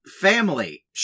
family